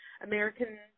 American